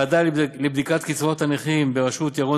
ועדה לבדיקת קצבאות הנכים בראשות ירון